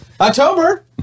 October